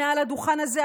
מעל הדוכן הזה,